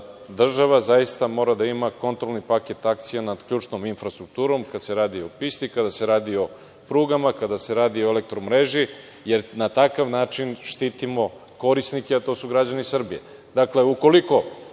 država zaista mora da ima kontrolni paket akcija nad ključnom infrastrukturom kada se radi o pisti, kada se radi o prugama, kada se radi o elektromreži, jer na takav način štitimo korisnike, a to su građani Srbije. Dakle,